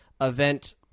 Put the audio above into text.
Event